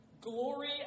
Glory